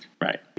Right